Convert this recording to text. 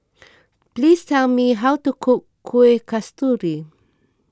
please tell me how to cook Kuih Kasturi